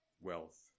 wealth